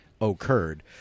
occurred